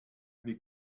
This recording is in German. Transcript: wie